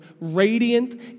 radiant